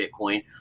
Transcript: Bitcoin